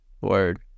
word